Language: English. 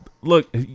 Look